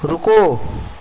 رکو